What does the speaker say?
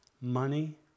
money